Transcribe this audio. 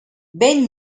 ben